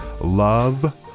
love